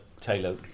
Taylor